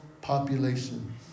population